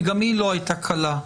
וגם היא לא הייתה קלה,